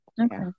okay